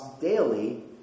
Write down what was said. daily